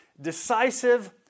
decisive